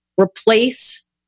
replace